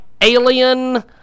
Alien